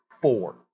four